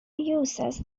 uses